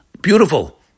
Beautiful